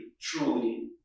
truly